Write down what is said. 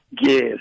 yes